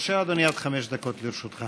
בבקשה, אדוני, עד חמש דקות לרשותך.